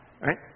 Right